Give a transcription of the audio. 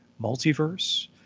multiverse